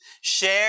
Share